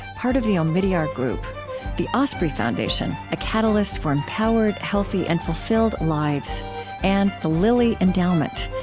part of the omidyar group the osprey foundation a catalyst for empowered, healthy, and fulfilled lives and the lilly endowment,